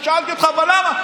כששאלתי אותך: אבל למה?